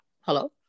Hello